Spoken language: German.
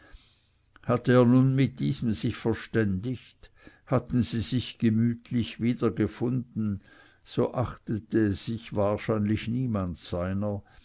hatte er nun mit diesem sich verständigt hatten sie sich gemütlich wiedergefunden so achtete sich wahrscheinlich niemand seiner